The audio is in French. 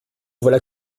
voilà